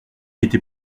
était